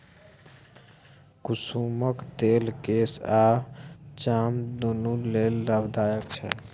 कुसुमक तेल केस आ चाम दुनु लेल लाभदायक छै